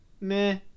meh